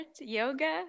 yoga